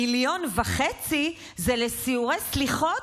1.5 מיליון זה לסיורי סליחות,